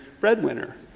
breadwinner